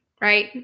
right